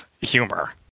humor